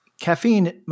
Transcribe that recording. Caffeine